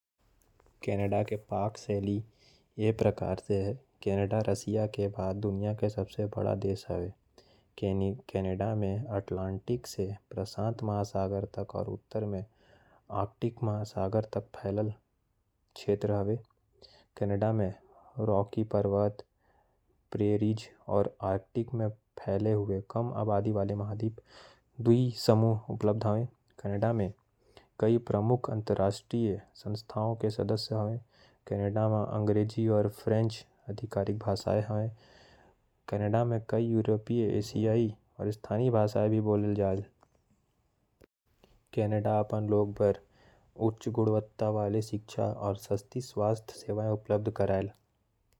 कनाडा के पाक शैली कुछ ये प्रकार है। कनाडाई व्यंजन स्वदेशी अंग्रेजी, स्कॉटिश, अउ। फ्रेंच जड़ म आधारित हावय। कनाडा के व्यंजन म क्षेत्रीय अंतर हावय। इहां कनाडा के कुछ पारंपरिक व्यंजन हावयं। मछली अउ ब्रू पीमल बेकन अउ अदरक बीफ। मछली अउ चिप्स भुना बीफ अउ बैनॉक पौटाइन। कनाडा के व्यंजन आव्रजन के लहर के संग विकसित होए हावयं। ये देश कनाडा के व्यंजन म तको योगदान देत हावयं।